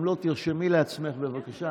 אם לא, תרשמי לעצמך, בבקשה.